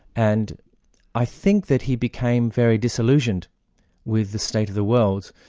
and i think that he became very disillusioned with the state of the world.